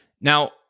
Now